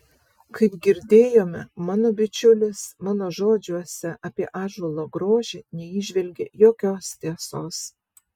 kaip girdėjome mano bičiulis mano žodžiuose apie ąžuolo grožį neįžvelgė jokios tiesos